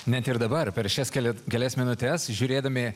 net ir dabar per šias kelias kelias minutes žiūrėdami